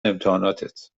امتحاناتت